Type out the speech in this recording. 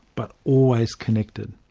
but always connected.